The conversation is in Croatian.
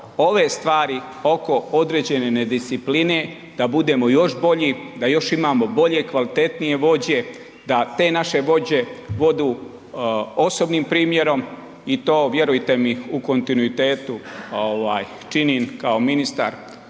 ove stvari oko određene nediscipline da budemo još bolji, da još imamo još bolje, kvalitetnije vođe, da te naše vođe vodu osobnim primjerom i to vjerujte mi u kontinuitetu ovaj činim kao ministar